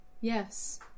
Yes